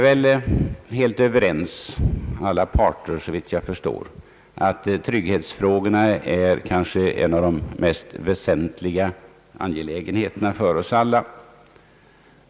Alla parter är såvitt jag förstår helt överens om att trygghetsfrågorna är en av de väsentliga angelägenheterna för oss.